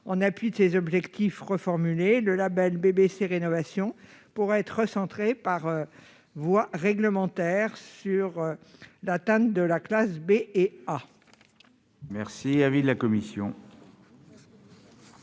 En appui de ces objectifs ainsi reformulés, le label BBC Rénovation pourra être recentré par voie réglementaire sur l'atteinte de la classe B ou A. Quel est l'avis de la commission